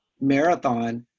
marathon